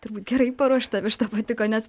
turbūt gerai paruošta višta patiko nes